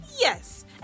Yes